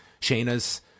Shayna's